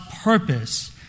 purpose